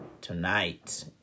tonight